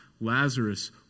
Lazarus